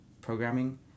programming